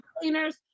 cleaners